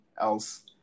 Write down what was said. else